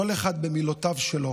כל אחד במילותיו שלו